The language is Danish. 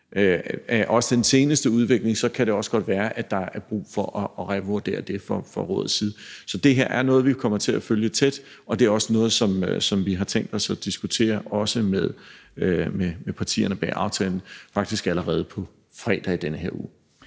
af den seneste udvikling kan det også godt være, at der er brug for at revurdere det fra rådets side. Så det her er noget, vi kommer til at følge tæt, og det er også noget, som vi har tænkt os at diskutere med partierne bag aftalen, faktisk allerede på fredag i den her uge.